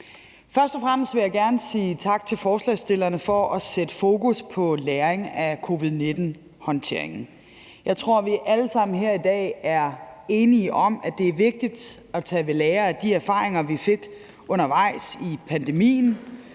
Først og fremmest vil jeg gerne sige tak til forslagsstillerne for at sætte fokus på læren af covid-19-håndteringen. Jeg tror, vi alle sammen her i dag er enige om, at det er vigtigt at tage ved lære af de erfaringer, vi fik undervejs i pandemien.